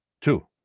two